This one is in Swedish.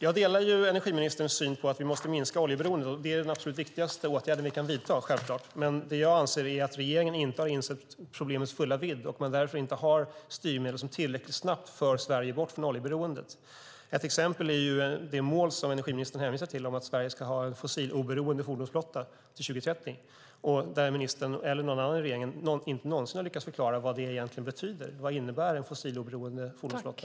Jag delar energiministerns syn på att vi måste minska oljeberoendet. Det är självklart en av de viktigaste åtgärder vi kan vidta. Men det jag anser är att regeringen inte har insett problemets fulla vidd och att man därför inte har styrmedel som tillräckligt snabbt för Sverige bort från oljeberoendet. Ett exempel är det mål som energiministern hänvisar till, att Sverige ska ha en fossilt oberoende fordonsflotta till 2030, där ministern eller någon annan i regeringen inte någonsin har lyckats förklara vad det egentligen betyder. Vad innebär en fossiloberoende fordonsflotta?